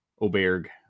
Oberg